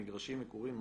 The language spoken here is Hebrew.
מגרשים מקורים,